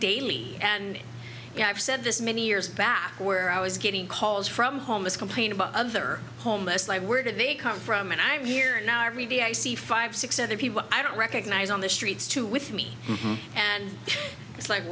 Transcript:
daily and you know i've said this many years back where i was getting calls from homeless complain about other homeless and i were to they come from and i are here now reveal i see five six other people i don't recognize on the streets to with me and it's like